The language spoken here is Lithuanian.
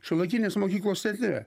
šiuolaikinės mokyklos centre